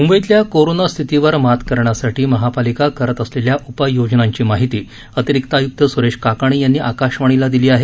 मुंबईतल्या कोरोना स्थितीवर मात करण्यासाठी महापालिका करत असलेल्या उपाययोजनांची माहिती अतिरिक्त आयुक्त सुरेश काकाणी यांनी आकाशवाणीला दिली आहे